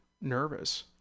nervous